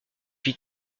huit